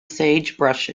sagebrush